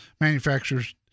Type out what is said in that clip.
Manufacturers